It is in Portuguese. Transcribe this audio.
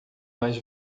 mais